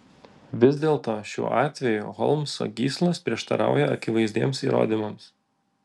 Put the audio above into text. vis dėlto šiuo atveju holmso gyslos prieštarauja akivaizdiems įrodymams